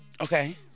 Okay